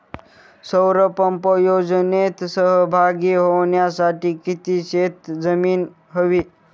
सौर पंप योजनेत सहभागी होण्यासाठी किती शेत जमीन हवी?